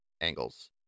angles